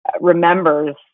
remembers